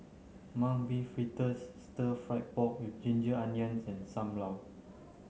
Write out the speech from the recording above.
mung bean fritters stir fry pork with ginger onions and Sam Lau